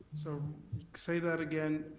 so say that again?